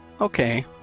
okay